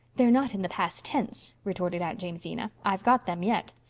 they're not in the past tense, retorted aunt jamesina. i've got them yet.